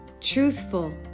truthful